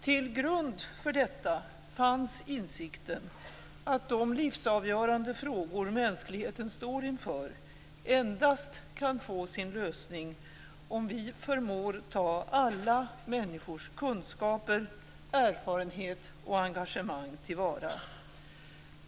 Till grund för detta fanns insikten att de livsavgörande frågor mänskligheten står inför endast kan få sin lösning om vi förmår ta alla människors kunskaper, erfarenheter och engagemang till vara.